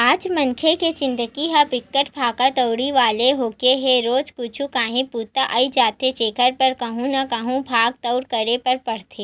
आज मनखे के जिनगी ह बिकट भागा दउड़ी वाला होगे हे रोजे कुछु काही बूता अई जाथे जेखर बर कहूँ न कहूँ भाग दउड़ करे बर परथे